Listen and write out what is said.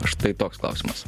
štai toks klausimas